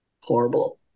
Horrible